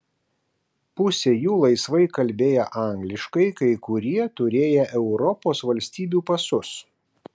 pusė jų laisvai kalbėję angliškai kai kurie turėję europos valstybių pasus